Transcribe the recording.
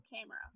camera